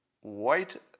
white